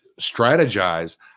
strategize